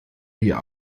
dir